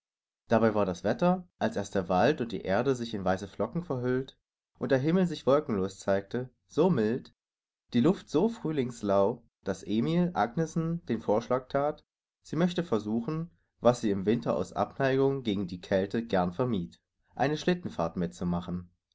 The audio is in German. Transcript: dabei war das wetter als erst wald und erde sich in weiße flocken verhüllt und der himmel sich wolkenlos zeigte so mild die luft so frühlingslau daß emil agnesen den vorschlag that sie möchte versuchen was sie im winter aus abneigung gegen die kälte gern vermied eine schlittenfahrt mitzumachen